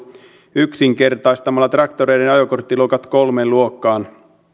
yksinkertaistamalla traktoreiden ajokorttiluokat kolmeen luokkaan